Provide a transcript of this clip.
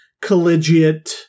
collegiate